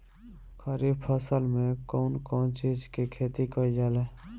खरीफ फसल मे कउन कउन चीज के खेती कईल जाला?